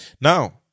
Now